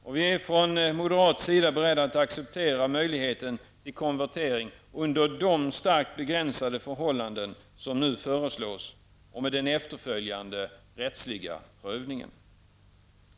Och vi är från moderat sida beredda att acceptera möjligheten till konvertering under de starkt begränsade förhållanden som nu föreslås, och med den efterföljande rättsliga prövningen.